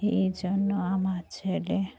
এই জন্য আমার ছেলে